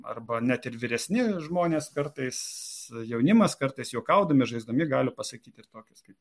arba net ir vyresni žmonės kartais jaunimas kartais juokaudami žaisdami gali pasakyti ir tokius kaip